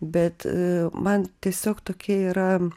bet man tiesiog tokia yra